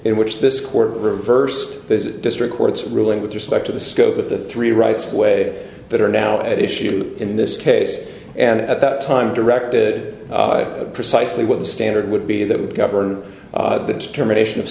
in which this court reversed the district court's ruling with respect to the scope of the three rights way that are now at issue in this case and at that time directed precisely what the standard would be that would govern the determination of